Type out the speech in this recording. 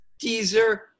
Teaser